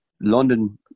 London